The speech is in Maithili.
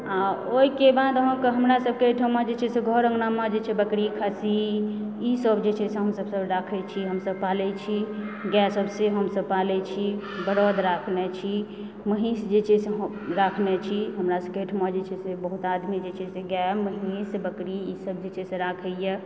आ ओहिके बाद अहाँक हमरा सबकेँ एहिठमा जे छै से घर अङ्गनामे जे छै बकरी खस्सी ई सब जे छै से हमसब राखय छी हमसब पालय छै गाय सब से हमसब पालय छी बरद राखने छी महिष जे छै से हम राखने छी हमरासभकेँ एहिठमा जे छै से बहुत आदमी जे छै गाय महिष बकरी ई सब जे छै से राखैए